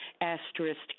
asterisk